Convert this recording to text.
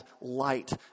light